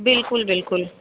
ਬਿਲਕੁਲ ਬਿਲਕੁਲ